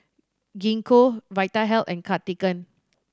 Gingko Vitahealth and Cartigain